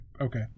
okay